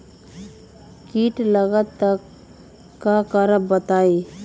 कीट लगत त क करब बताई?